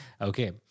Okay